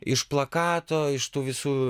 iš plakato iš tų visų